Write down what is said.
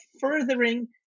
furthering